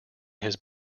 his